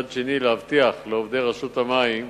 מצד שני, להבטיח לעובדי רשות המים